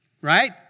Right